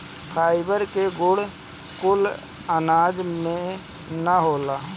fibre के गुण कुल अनाज में ना होला